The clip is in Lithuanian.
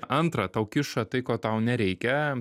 antra tau kiša tai ko tau nereikia